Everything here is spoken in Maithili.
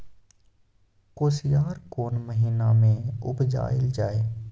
कोसयार कोन महिना मे उपजायल जाय?